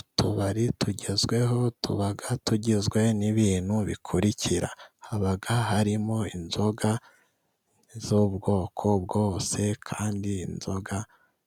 Utubari tugezweho tuba tugizwe n'ibintu bikurikira: haba harimo inzoga z'ubwoko bwose, kandi inzoga